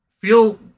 feel